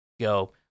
go